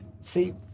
See